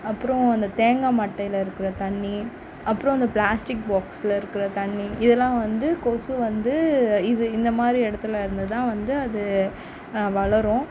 அப்புறம் இந்த தேங்காய் மட்டையில் இருக்கிற தண்ணி அப்புறம் அந்த ப்ளாஸ்டிக் பாக்ஸில் இருக்கிற தண்ணி இதெல்லாம் வந்து கொசு வந்து இது இந்த மாரி இடத்துல இருந்து தான் வந்து அது வளரும்